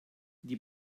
die